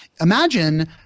Imagine